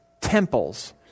temples